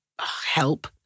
help